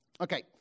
Okay